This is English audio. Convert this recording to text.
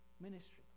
ministry